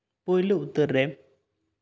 ᱯᱳᱭᱞᱳ ᱩᱛᱟᱹᱨ ᱨᱮ